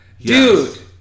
dude